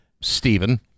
Stephen